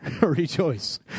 Rejoice